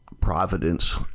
providence